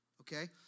Okay